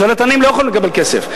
שרלטנים לא יכולים לקבל כסף,